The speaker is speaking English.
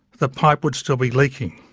the pipe would still be leaking.